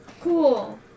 Cool